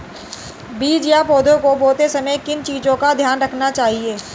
बीज या पौधे को बोते समय किन चीज़ों का ध्यान रखना चाहिए?